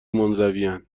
منزوین